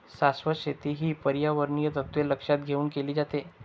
शाश्वत शेती ही पर्यावरणीय तत्त्वे लक्षात घेऊन केली जाते